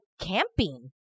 camping